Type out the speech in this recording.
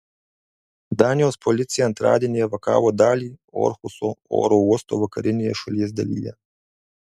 danijos policija antradienį evakavo dalį orhuso oro uosto vakarinėje šalies dalyje